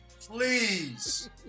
Please